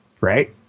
Right